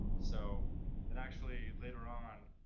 so and actually, later on,